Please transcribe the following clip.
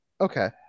Okay